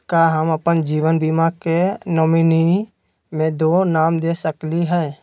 का हम अप्पन जीवन बीमा के नॉमिनी में दो नाम दे सकली हई?